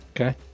okay